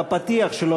בפתיח שלו,